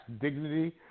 dignity